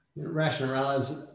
rationalize